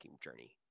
journey